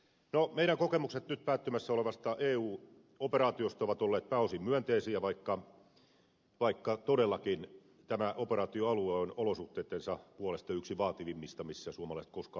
meidän kokemuksemme nyt päättymässä olevasta eu operaatiosta ovat olleet pääosin myönteisiä vaikka todellakin tämä operaatioalue on olosuhteittensa puolesta yksi vaativimmista missä suomalaiset koskaan ovat olleet